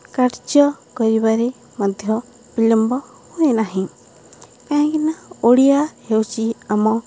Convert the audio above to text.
କାର୍ଯ୍ୟ କରିବାରେ ମଧ୍ୟ ବିିଳମ୍ବ ହୁଏ ନାହିଁ କାହିଁକିନା ଓଡ଼ିଆ ହେଉଛି ଆମ